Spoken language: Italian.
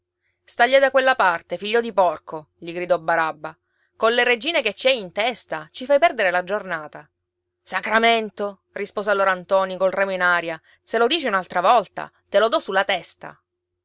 staglia da quella parte figlio di porco gli gridò barabba colle regine che ci hai in testa ci fai perdere la giornata sacramento rispose allora ntoni col remo in aria se lo dici un'altra volta te lo do sulla testa